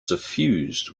suffused